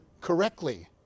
correctly